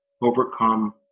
overcome